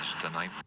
tonight